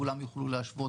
כולם יוכלו להשוות.